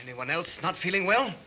anyone else not feeling well